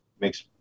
makes